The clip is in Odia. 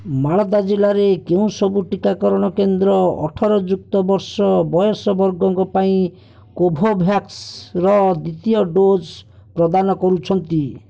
ମାଳଦା ଜିଲ୍ଲାରେ କେଉଁ ସବୁ ଟିକାକରଣ କେନ୍ଦ୍ର ଅଠର ଯୁକ୍ତ ବର୍ଷ ବୟସ ବର୍ଗଙ୍କ ପାଇଁ କୋଭୋଭ୍ୟାକ୍ସର ଦ୍ୱିତୀୟ ଡୋଜ୍ ପ୍ରଦାନ କରୁଛନ୍ତି